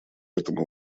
этому